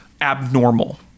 abnormal